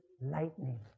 lightning